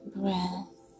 breath